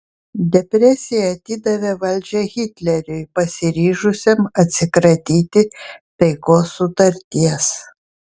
depresija atidavė valdžią hitleriui pasiryžusiam atsikratyti taikos sutarties